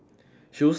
shoes